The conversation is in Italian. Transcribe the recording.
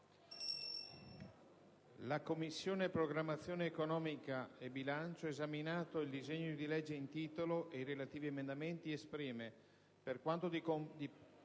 «La Commissione programmazione economica, bilancio, esaminato il disegno di legge in titolo ed i relativi emendamenti, esprime, per quanto di